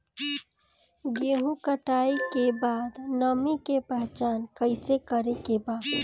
गेहूं कटाई के बाद नमी के पहचान कैसे करेके बा?